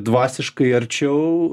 dvasiškai arčiau